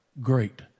great